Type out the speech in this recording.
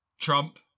Trump